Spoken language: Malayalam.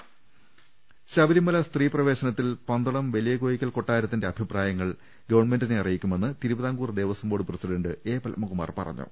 ദർശ്ശക്ക ശബരിമല സ്ത്രീ പ്രവേശനത്തിൽ പന്തളം വലിയ കോയിക്കൽ കൊട്ടാ രത്തിന്റെ അഭിപ്രായങ്ങൾ ഗവൺമെന്റിനെ അറിയിക്കുമെന്ന് Thiruvithamkoor Devaswom board president A Padmakumar പറഞ്ഞു